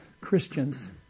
Christians